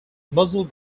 muzzle